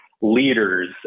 leaders